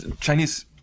Chinese